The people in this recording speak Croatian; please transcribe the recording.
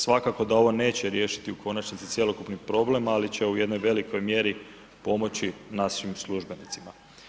Svakako da ovo neće riješiti u konačnici cjelokupni problem, ali će u jednoj velikom mjeri pomoći našim službenicima.